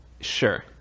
sure